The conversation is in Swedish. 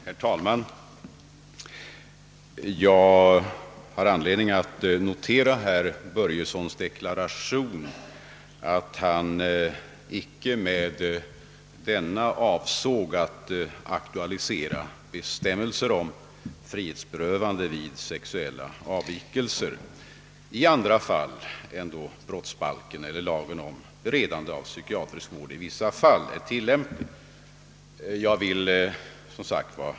Herr talman! Jag har anledning notera att herr Börjessons i Falköping avsikt med interpellationen tydligen inte har varit att aktualisera bestämmelser om frihetsberövande på grund av sexuella avvikelser i andra fall än då brottsbalken eller lagen om beredande av psykiatrisk vård i vissa fall är tilllämplig.